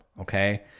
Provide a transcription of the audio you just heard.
okay